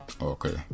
Okay